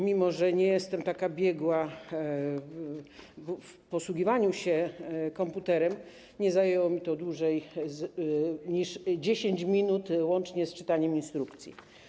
Mimo że nie jestem taka biegła w posługiwaniu się komputerem, nie zajęło mi to więcej niż 10 minut - łącznie z czytaniem instrukcji.